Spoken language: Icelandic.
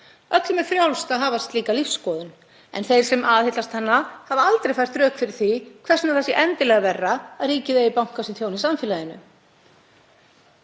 Öllum er frjálst að hafa slíka lífsskoðun, en þeir sem aðhyllast hana hafa aldrei fært rök fyrir því hvers vegna það sé endilega verra að ríkið eigi banka sem þjónar samfélaginu.